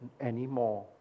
anymore